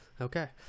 Okay